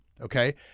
Okay